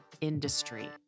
industry